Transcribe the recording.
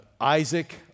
Isaac